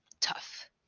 tough